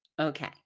Okay